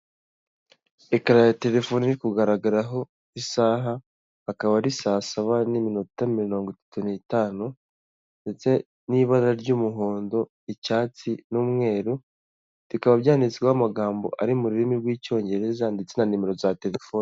Ekara ya telefone iri kugaragaraho isaha ikaba ari saa saba n'iminota mirongo itatu n'itanu ndetse n'ibara ry'umuhondo, icyatsi n'umweru bikaba byanditsweho amagambo ari mu rurimi rw'Icyongereza ndetse na nimero za telefoni.